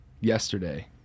yesterday